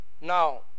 Now